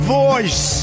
voice